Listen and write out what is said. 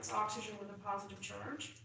oxygen with a positive charge.